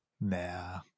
Nah